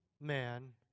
man